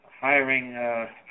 hiring